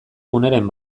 guneren